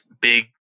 big